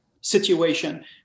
situation